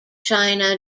china